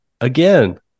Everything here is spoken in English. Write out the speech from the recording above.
Again